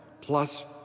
plus